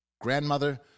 grandmother